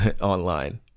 online